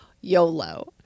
YOLO